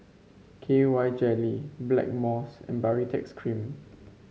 K Y Jelly Blackmores and Baritex Cream